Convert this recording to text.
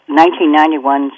1991